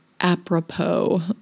apropos